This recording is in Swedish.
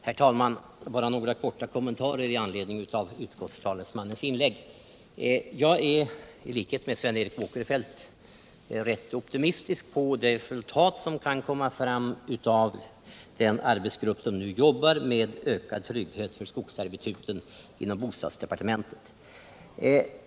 Herr talman! Jag vill bara göra några korta kommentarer i anledning av utskottstalesmannens inlägg. Jag är i likhet med Sven Eric Åkerfeldt rätt optimistisk i fråga om det resultat som kan komma från den arbetsgrupp som nu jobbar inom bostadsdepartementet med ökad trygghet för skogsservituten.